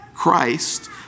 Christ